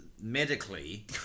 medically